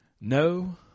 No